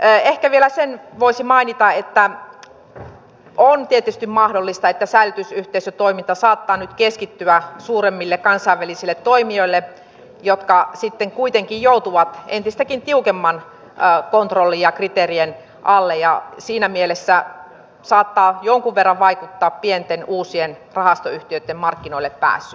ehkä vielä sen voisi mainita että on tietysti mahdollista että säilytysyhteisötoiminta saattaa nyt keskittyä suuremmille kansainvälisille toimijoille jotka sitten kuitenkin joutuvat entistäkin tiukemman kontrollin ja kriteerien alle ja siinä mielessä saattaa jonkun verran vaikuttaa pienten uusien rahastoyhtiöitten markkinoillepääsyyn